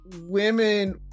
women